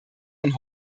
ein